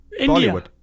Bollywood